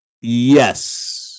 Yes